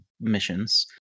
missions